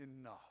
enough